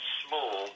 small